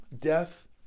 death